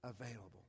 available